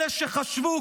אלה שחשבו,